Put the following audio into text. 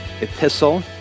epistle